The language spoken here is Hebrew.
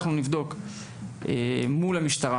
אז אנחנו נבדוק את זה מול המשטרה.